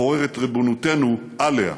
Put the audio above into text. לפורר את ריבונותנו עליה.